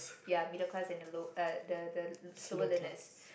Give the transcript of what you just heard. ya middle class and the low~ uh the the slower learners